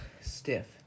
Stiff